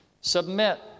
Submit